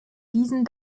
diesen